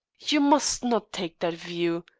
you must not take that view.